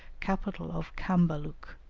capital of cambaluc,